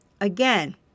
again